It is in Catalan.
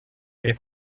que